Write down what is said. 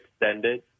extended